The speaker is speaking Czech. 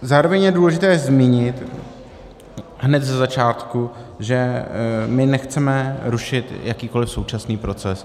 Zároveň je důležité zmínit hned ze začátku, že my nechceme rušit jakýkoliv současný proces.